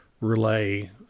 relay